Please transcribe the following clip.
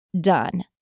done